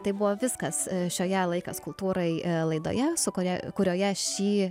tai buvo viskas šioje laikas kultūrai laidoje sukuria kurioje šį